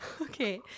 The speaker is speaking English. Okay